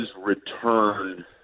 return